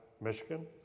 Michigan